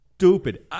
Stupid